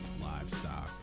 livestock